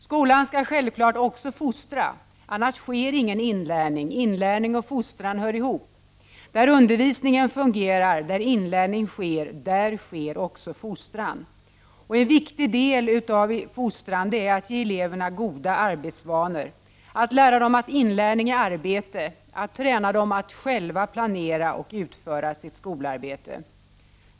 Skolan skall självklart också fostra, annars sker ingen inlärning. Inlärning och fostran hör ihop. Där undervisningen fungerar, där inlärning sker, där sker också fostran. En viktig del av fostran är att ge eleverna goda arbetsvanor, att lära dem att inlärning är arbete, att träna dem att själva planera och utföra sitt skolarbete.